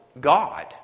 God